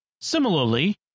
Similarly